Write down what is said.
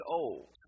old